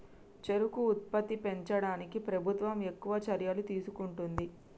చెరుకు ఉత్పత్తి పెంచడానికి ప్రభుత్వం ఎక్కువ చర్యలు తీసుకుంటుంది